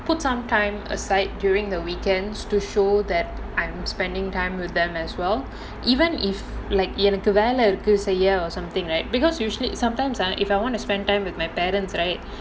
put some time aside during the weekends to show that I am spending time with them as well even if like எனக்கு வேலை இருக்கு சரியா:enakku velai irukku sariyaa a year or something right because usually sometimes ah if I want to spend time with my parents right